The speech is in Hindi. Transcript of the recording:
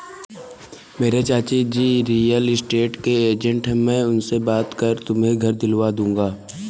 मेरे चाचाजी रियल स्टेट के एजेंट है मैं उनसे बात कर तुम्हें घर दिलवा दूंगा